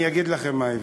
אני אגיד לכם מה ההבדל.